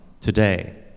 today